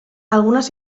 algunas